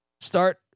start